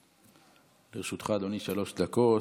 לרשותך, אדוני, שלוש דקות,